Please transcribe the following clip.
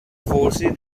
forces